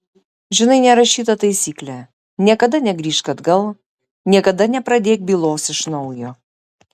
žinai nerašytą taisyklę niekada negrįžk atgal niekada nepradėk bylos iš naujo